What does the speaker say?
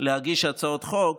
להגיש הצעות חוק,